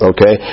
Okay